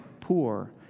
poor